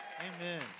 Amen